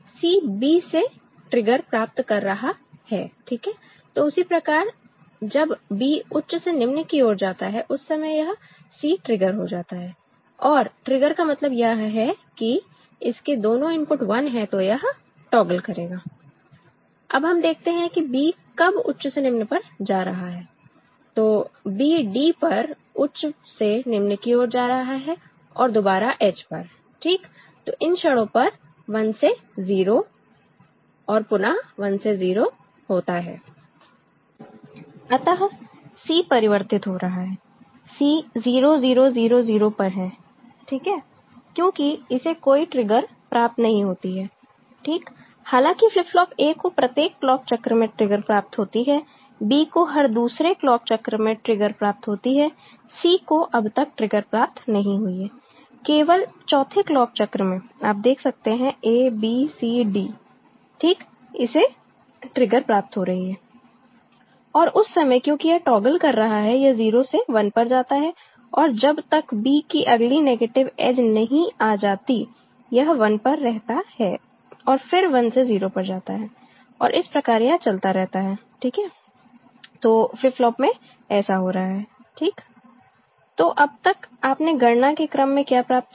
C B से trigger प्राप्त कर रहा है ठीक है तो उसी प्रकार जब B उच्च से निम्न की ओर जाता है उस समय यह C ट्रिगर हो जाता है और ट्रिगर का मतलब यह है कि इसके दोनों इनपुट 1 है तो यह टॉगल करेगा अब हम देखते हैं कि B कब उच्च से निम्न पर जा रहा है तो B d पर उच्च से निम्न की ओर जा रहा है और दुबारा h पर ठीक तो इन क्षणों पर 1 से 0 और पुनः 1 से 0 होता है अतः C परिवर्तित हो रहा है C 0 0 0 0 पर है ठीक है क्योंकि इसे कोई ट्रिगर प्राप्त नहीं होती है ठीक हालांकि फ्लिप फ्लॉप A को प्रत्येक क्लॉक चक्र में ट्रिगर प्राप्त होती है B को हर दूसरे क्लॉक चक्र में ट्रिगर प्राप्त होती है C को अब तक ट्रिगर प्राप्त नहीं हुई है केवल चौथे क्लॉक चक्र में आप देख सकते हैं abcd ठीक इसे ट्रिगर प्राप्त हो रही है और उस समय क्योंकि यह टॉगल कर रहा है यह 0 से 1 पर जाता है और जब तक B की अगली नेगेटिव एज नहीं आ जाती यह 1 पर रहता है और फिर 1 से 0 पर जाता है और इस प्रकार यह चलता रहता है ठीक है तो फ्लिप फ्लॉप में ऐसा हो रहा है ठीक तो अब तक आपने गणना के क्रम में क्या प्राप्त किया